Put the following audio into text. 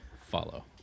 follow